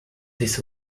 this